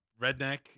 redneck